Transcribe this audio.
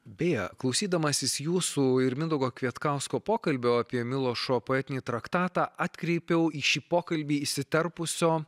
beje klausydamasis jūsų ir mindaugo kvietkausko pokalbio apie milošo poetinį traktatą atkreipiau į šį pokalbį įsiterpusio